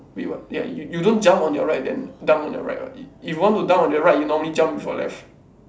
wait what ya you you don't jump on your right then dunk on your right [what] if you want to dunk on your right you normally jump with your left